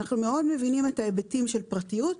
אנחנו מאוד מבינים את ההיבטים של פרטיות,